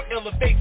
elevate